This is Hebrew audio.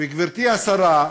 וגברתי השרה,